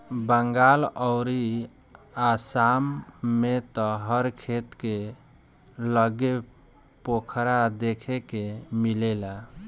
बंगाल अउरी आसाम में त हर खेत के लगे पोखरा देखे के मिलेला